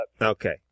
okay